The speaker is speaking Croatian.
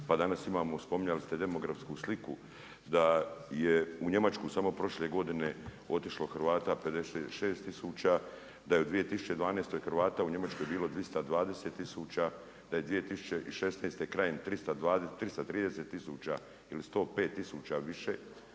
pa danas imamo spominjali ste demografsku sliku da je u Njemačku samo prošle godine otišlo Hrvata 56000, da je u 2012. Hrvata u Njemačkoj bili 220000, da je 2016. krajem 330 000 ili 105 000 više